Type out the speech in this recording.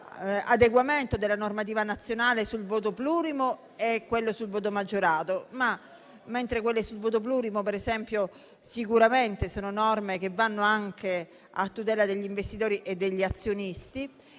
all'adeguamento della normativa nazionale sul voto plurimo e sul voto maggiorato, ma mentre quelle sul voto plurimo, per esempio, sono norme che sicuramente vanno anche a tutela degli investitori e degli azionisti